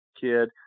kid